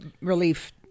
relief